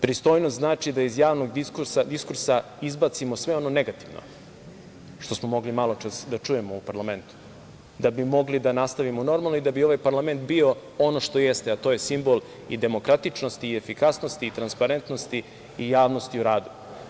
Pristojnost znači da iz javnog diskursa izbacimo sve ono negativno što smo mogli maločas da čujemo u parlamentu, da bi mogli da nastavimo normalno i da bi ovaj parlament bio ono što jeste, a to je simbol i demokratičnosti, i efikasnosti, i transparentnosti, i javnosti o radu.